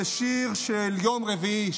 זה שיר של יום רביעי,